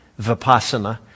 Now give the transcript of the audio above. Vipassana